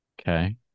okay